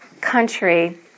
country